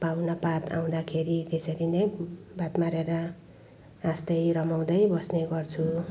पाहुनापात आउँदाखेरि त्यसरी नै बात मारेर हाँस्दै रमाउँदै बस्ने गर्छु